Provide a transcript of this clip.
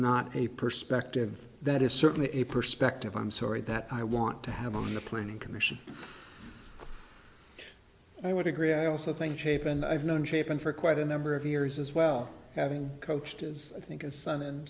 not a perspective that is certainly a perspective i'm sorry that i want to have on the planning commission i would agree i also think shape and i've known shapen for quite a number of years as well having coached is i think a son and